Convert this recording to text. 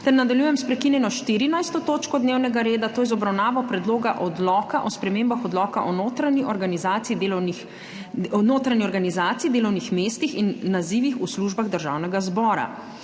Nadaljujemos prekinjeno 14. točko dnevnega reda, to je z obravnavo Predloga odloka o spremembah Odloka o notranji organizaciji, delovnih mestih in nazivih v službah Državnega zbora.